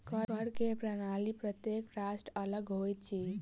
कर के प्रणाली प्रत्येक राष्ट्रक अलग होइत अछि